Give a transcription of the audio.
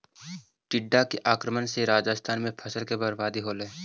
टिड्डा के आक्रमण से राजस्थान में फसल के बर्बादी होलइ